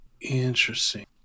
Interesting